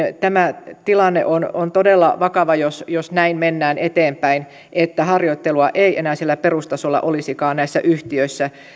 tämä tilanne on on todella vakava jos jos näin mennään eteenpäin että harjoittelua ei enää siellä perustasolla olisikaan näissä yhtiöissä